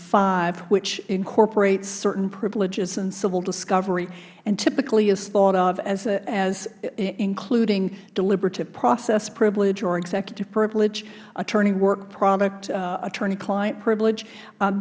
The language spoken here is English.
five which incorporates certain privileges in civil discovery and typically is thought of as including deliberative process privilege or executive privilege attorney work product attorney client privilege